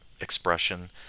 expression